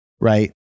right